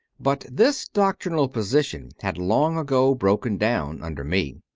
but this doctrinal position had long ago broken down under me.